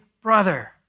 brother